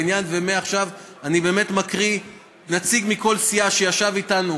מעכשיו אני מקריא נציג מכל סיעה שישב איתנו